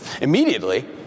Immediately